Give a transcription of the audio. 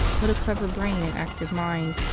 what a clever brain and active mind,